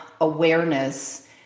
awareness